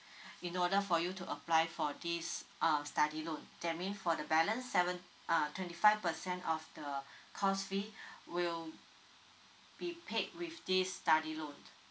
in order for you to apply for this uh study loan that mean for the balance seven uh twenty five percent of the course fee will be paid with this study loan